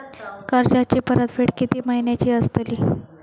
कर्जाची परतफेड कीती महिन्याची असतली?